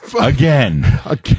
Again